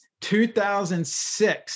2006